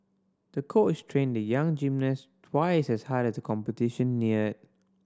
the coach trained the young gymnast twice as hard as the competition neared